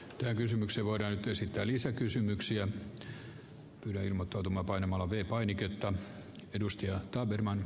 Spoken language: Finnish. teen kysymyksen voidaan esittää lisäkysymyksiä yleimoto ilmanpaine malawi painiketta edusti herra puhemies